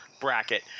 bracket